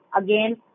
again